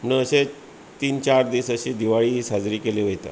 म्हण अशें तीन चार दीस अशीं दिवाळी हीं साजरी केली वयता